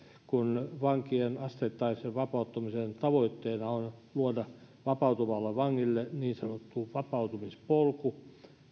kun vankien asteittaisen vapauttamisen tavoitteena on luoda vapautuvalle vangille niin sanottu vapautumispolku